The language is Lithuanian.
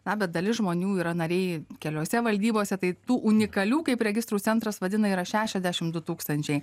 na bet dalis žmonių yra nariai keliose valdybose tai tų unikalių kaip registrų centras vadina yra šešiasdešim du tūkstančiai